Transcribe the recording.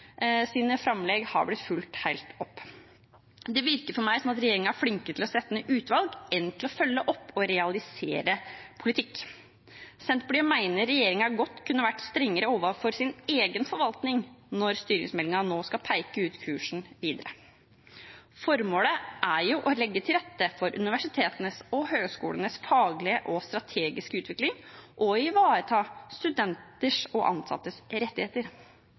framlegg har blitt fulgt helt opp. Det virker for meg som at regjeringen er flinkere til å sette ned utvalg enn til å følge opp og realisere politikk. Senterpartiet mener regjeringen godt kunne ha vært strengere overfor sin egen forvaltning når styringsmeldingen nå skal peke ut kursen videre. Formålet er å legge til rette for universitetenes og høyskolenes faglige og strategiske utvikling og å ivareta studenters og ansattes rettigheter.